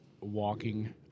walking